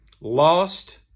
lost